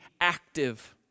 active